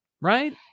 right